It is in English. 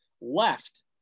left